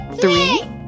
Three